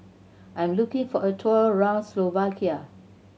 I'm looking for a tour around Slovakia